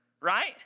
right